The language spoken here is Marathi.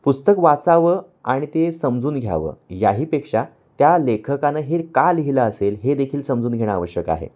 पुस्तक वाचावं आणि ते समजून घ्यावं याहीपेक्षा त्या लेखकानं हे का लिहिलं असेल हे देखील समजून घेणं आवश्यक आहे